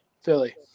Philly